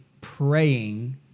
praying